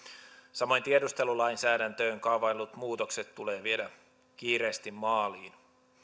samoin tiedustelulainsäädäntöön kaavaillut muutokset tulee viedä kiireesti maaliin